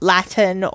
Latin